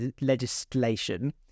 legislation